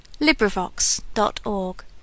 LibriVox.org